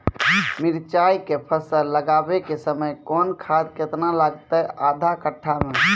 मिरचाय के फसल लगाबै के समय कौन खाद केतना लागतै आधा कट्ठा मे?